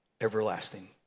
everlasting